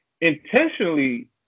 intentionally